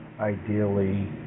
ideally